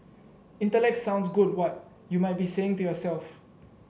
intellect sounds good what you might be saying to yourself